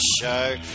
Show